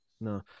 No